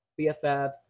bffs